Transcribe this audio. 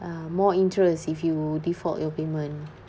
uh more interests if you default your payment